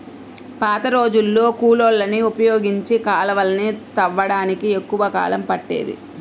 పాతరోజుల్లో కూలోళ్ళని ఉపయోగించి కాలవలని తవ్వడానికి ఎక్కువ కాలం పట్టేది